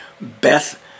Beth